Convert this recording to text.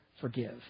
Forgive